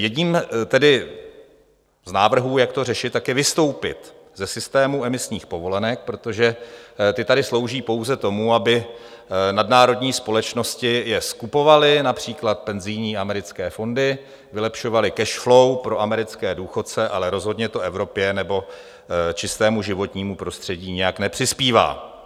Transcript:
Jedním z návrhů, jak to řešit, je vystoupit ze systému emisních povolenek, protože ty tady slouží pouze tomu, aby nadnárodní společnosti je skupovaly, například penzijní americké fondy, vylepšovaly cashflow pro americké důchodce, ale rozhodně to Evropě nebo čistému životnímu prostředí nijak nepřispívá.